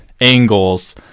angles